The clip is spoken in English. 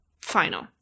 final